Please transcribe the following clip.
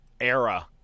era